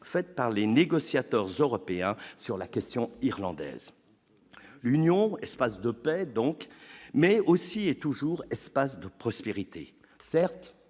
faites par les négociateurs européens sur la question irlandaise, l'Union, espace de paix donc, mais aussi et toujours espace de prospérité, certes